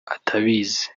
atabizi